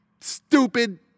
stupid